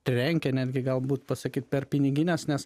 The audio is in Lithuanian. trenkia netgi galbūt pasakyt per pinigines nes